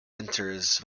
enters